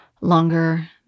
longer